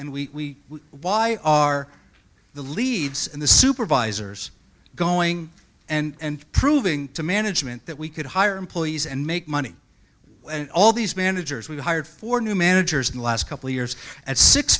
and we why are the leaves in the supervisor's going and proving to management that we could hire employees and make money all these managers we've hired for new managers in the last couple of years at six